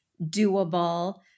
doable